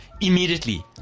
immediately